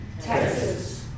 Texas